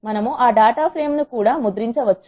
మనము ఆ డాటాఫ్రేమ్ ను కూడా ముద్రించవచ్చు